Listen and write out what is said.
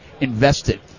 invested